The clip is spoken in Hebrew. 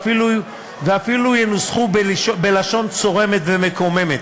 ואפילו ינוסחו בלשון צורמת ומקוממת,